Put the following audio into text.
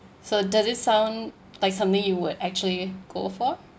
so does it sound like something you would actually go for